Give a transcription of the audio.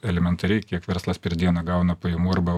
elementariai kiek verslas per dieną gauna pajamų arba